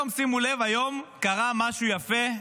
שימו לב, היום קרה משהו יפה,